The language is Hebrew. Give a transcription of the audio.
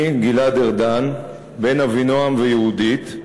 אני, גלעד ארדן, בן אבינעם ויהודית,